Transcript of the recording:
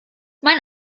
mein